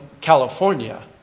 California